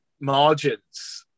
margins